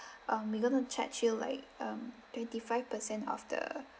um we gonna charge you like um twenty five percent of the